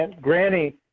Granny